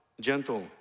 gentle